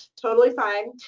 totally fine.